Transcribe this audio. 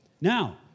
Now